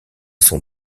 sont